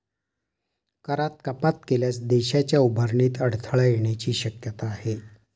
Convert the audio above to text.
करात कपात केल्यास देशाच्या उभारणीत अडथळा येण्याची शक्यता आहे